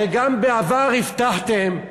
הרי גם בעבר הבטחתם,